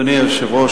אדוני היושב-ראש,